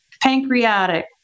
pancreatic